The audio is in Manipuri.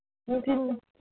ꯅꯨꯡꯊꯤꯟ